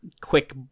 quick